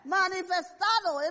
manifestado